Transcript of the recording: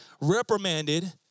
reprimanded